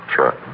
Sure